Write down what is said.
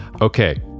Okay